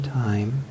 time